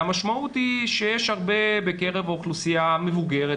המשמעות היא שיש הרבה בקרב האוכלוסייה המבוגרת,